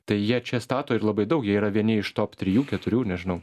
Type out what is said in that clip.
tai jie čia stato ir labai daug jie yra vieni iš top trijų keturių nežinau